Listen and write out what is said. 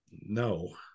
No